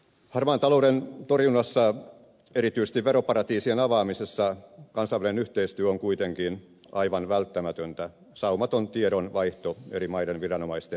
harmaan talouden torjunnassa erityisesti veroparatiisien avaamisessa kansainvälinen yhteistyö on kuitenkin aivan välttämätöntä saumaton tiedonvaihto eri maiden viranomaisten kesken